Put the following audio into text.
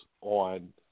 on